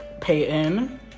Peyton